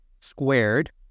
squared